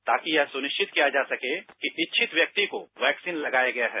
ताकि यह सुनिश्चित किया जा सके कि इच्छित व्यंक्ति को वैक्सीन लगाया गया है